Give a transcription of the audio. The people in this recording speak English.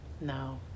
no